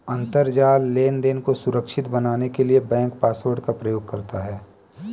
अंतरजाल लेनदेन को सुरक्षित बनाने के लिए बैंक पासवर्ड का प्रयोग करता है